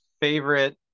favorite